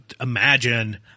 imagine